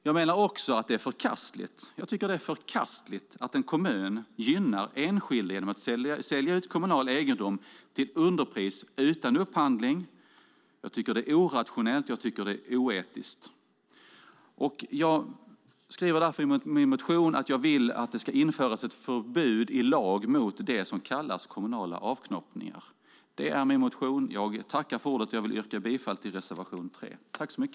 Jag menar också att det är förkastligt - jag tycker att det är förkastligt - att en kommun gynnar enskilda genom att sälja ut kommunal egendom till underpris utan upphandling. Jag tycker att det är orationellt, och jag tycker att det är oetiskt. Jag skriver därför i min motion att jag vill att det ska införas ett förbud i lag mot det som kallas kommunala avknoppningar. Jag yrkar bifall till reservation 3.